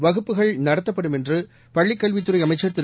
வகுப்புகள் நடத்தப்படும் என்றுபள்ளிக் கல்வித்துறைஅமைச்சர் திரு